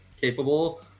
capable